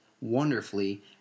wonderfully –